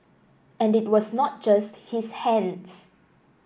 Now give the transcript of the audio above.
and it was not just his hands